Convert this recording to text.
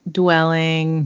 dwelling